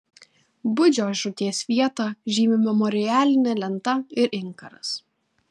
budžio žūties vietą žymi memorialinė lenta ir inkaras